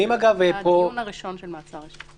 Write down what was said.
הדיון הראשון של מעצר ראשון.